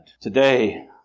Today